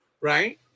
right